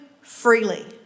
freely